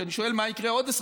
כשאני שואל מה יקרה בעוד 20,